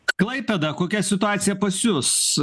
klaipėa kokia situacija pas jus